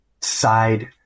side